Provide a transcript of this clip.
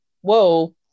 whoa